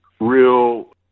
real